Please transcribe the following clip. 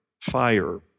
fire